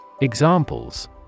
Examples